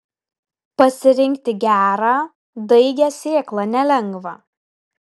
pasirinkti gerą daigią sėklą nelengva